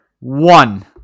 One